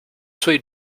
suoi